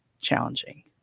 challenging